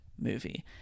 movie